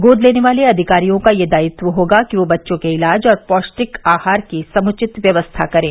गोद लेने वाले अधिकारियों का यह दायित्व होगा कि वे बच्चों के इलाज और पौष्टिक आहार की समुचित व्यवस्था करें